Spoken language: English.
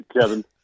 Kevin